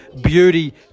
beauty